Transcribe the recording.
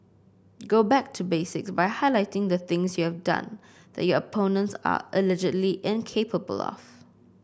go back to basics by highlighting the things you have done that your opponents are allegedly incapable of